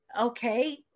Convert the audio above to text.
Okay